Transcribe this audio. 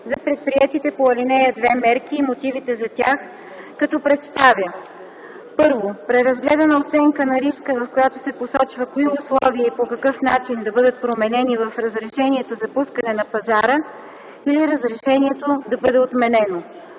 за предприетите по ал. 2 мерки и мотивите за тях, като представя: 1. преразгледана оценка на риска, в която се посочва кои условия и по какъв начин да бъдат променени в разрешението за пускане на пазара или разрешението да бъде отменено;